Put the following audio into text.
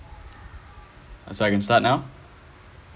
so I can start now